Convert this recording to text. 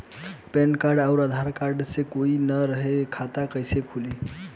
Pan card आउर Aadhaar card मे से कोई ना रहे त खाता कैसे खुली?